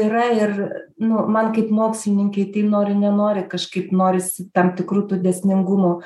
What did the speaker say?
yra ir nu man kaip mokslininkei tai nori nenori kažkaip norisi tam tikrų tų dėsningumų